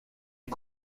est